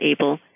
able